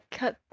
cut